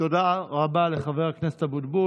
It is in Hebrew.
תודה רבה לחבר הכנסת אבוטבול.